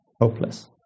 hopeless